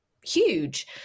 huge